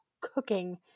cooking